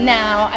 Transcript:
now